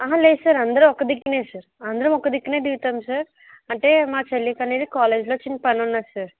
అహ లేదు సార్ అందరూ ఒక దిక్కునే సర్ అందరం ఒక దిక్కున దిగుతాం సర్ అంటే మా చెల్లికి అనేది కాలేజీలో చిన్న పని ఉన్నది సార్